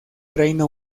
reino